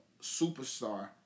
superstar